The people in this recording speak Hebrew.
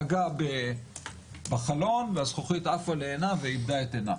פגע בחלון והזכוכית עפה לעינה והיא איבדה את עינה.